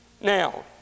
Now